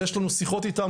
ויש לנו שיחות איתם.